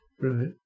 right